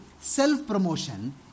self-promotion